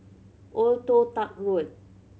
Old Toh Tuck Road